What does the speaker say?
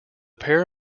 pair